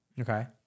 Okay